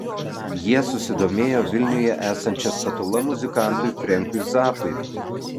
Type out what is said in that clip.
jie susidomėjo vilniuje esančia statula muzikantui frankui zappai